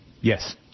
Yes